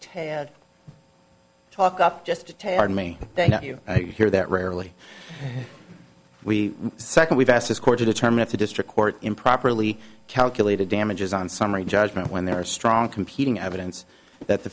talk up just to tell me thank you i hear that rarely we second we've asked this court to determine if a district court improperly calculated damages on summary judgment when there are strong competing evidence that the